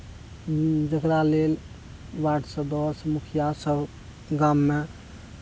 जेकरा लेल वार्डसँ दस मुखिया सब गाममे